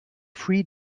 free